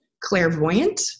clairvoyant